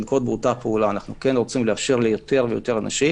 אנו רוצים לאפשר ליותר ויותר אנשים